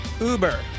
Uber